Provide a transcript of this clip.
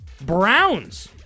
Browns